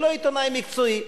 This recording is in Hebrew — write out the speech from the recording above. אני לא עיתונאי מקצועי.